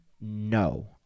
No